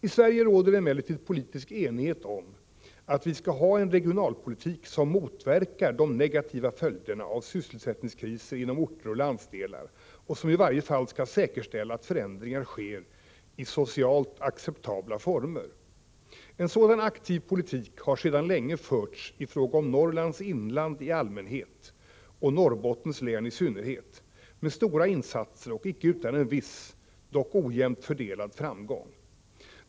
I Sverige råder det emellertid politisk enighet om att vi skall ha en regionalpolitik, som motverkar de negativa följderna av sysselsättningskriser inom orter och landsdelar och som i varje fall skall säkerställa att förändringar sker i socialt acceptabla former. En sådan aktiv politik har sedan länge förts i fråga om Norrlands inland i allmänhet och Norrbottens län i synnerhet, med stora insatser och icke utan en viss, dock ojämnt fördelad, framgång.